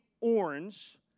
orange